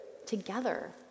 Together